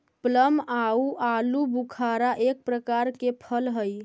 plum आउ आलूबुखारा एक प्रकार के फल हई